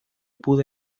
pude